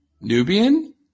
Nubian